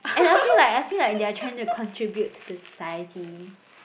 and I feel like I feel like they're trying to contribute to the society